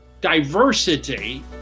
diversity